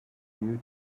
you